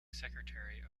secretary